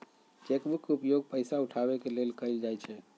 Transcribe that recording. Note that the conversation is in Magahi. चेक बुक के उपयोग पइसा उठाबे के लेल कएल जाइ छइ